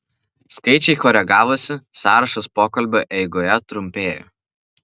skaičiai koregavosi sąrašas pokalbio eigoje trumpėjo